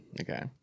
Okay